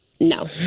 No